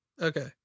Okay